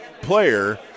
player